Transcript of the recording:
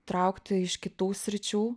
traukti iš kitų sričių